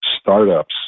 startups